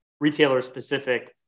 retailer-specific